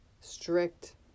strict